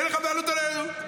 אין לך בעלות עלינו.